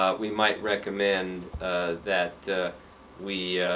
ah we might recommend that we